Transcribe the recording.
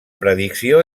predicció